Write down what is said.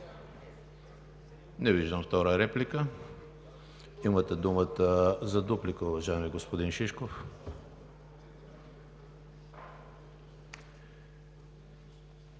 Не виждам. Имате думата за дуплика, уважаеми господин Шишков.